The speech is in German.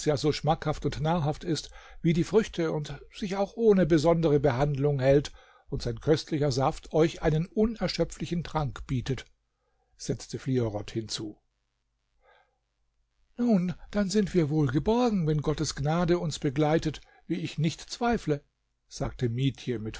so schmackhaft und nahrhaft ist wie die früchte und sich auch ohne besondere behandlung hält und sein köstlicher saft euch einen unerschöpflichen trank bietet setzte fliorot hinzu nun dann sind wir wohl geborgen wenn gottes gnade uns begleitet wie ich nicht zweifle sagte mietje mit